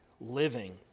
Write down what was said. living